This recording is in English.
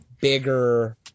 bigger